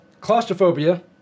claustrophobia